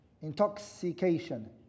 Intoxication